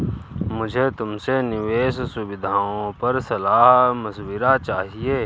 मुझे तुमसे निवेश सुविधाओं पर सलाह मशविरा चाहिए